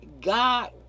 God